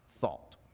thought